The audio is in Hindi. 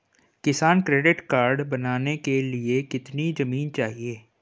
किसान क्रेडिट कार्ड बनाने के लिए कितनी जमीन चाहिए?